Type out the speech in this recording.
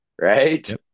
right